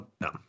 No